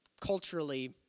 culturally